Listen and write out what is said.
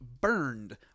burned